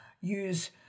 use